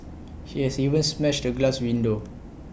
he has even smashed A glass window